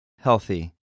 Healthy